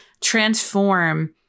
transform